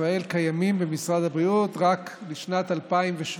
ישראל קיימים במשרד הבריאות רק משנת 2017,